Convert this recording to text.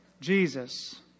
Jesus